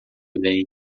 vem